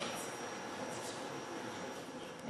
מקובל.